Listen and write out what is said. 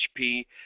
HP